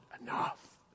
enough